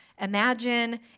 Imagine